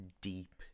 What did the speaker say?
deep